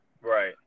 Right